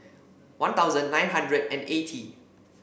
One Thousand nine hundred and eighty